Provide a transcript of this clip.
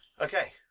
Okay